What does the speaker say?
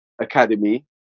Academy